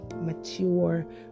mature